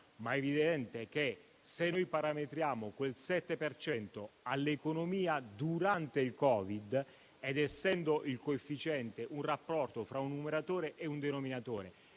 Ma è evidente che, se lo parametriamo all'economia durante il Covid, essendo il coefficiente un rapporto fra un numeratore e un denominatore